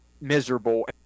miserable